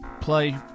play